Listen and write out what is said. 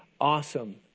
awesome